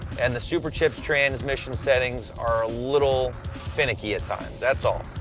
and the superchips transmission settings are a little finicky at times, that's all.